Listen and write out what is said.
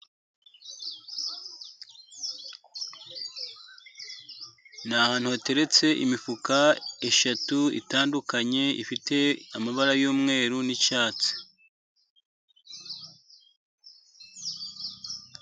Ni ahantu hateretse imifuka itatu itandukanye, ifite amabara y'umweru n'icyatsi.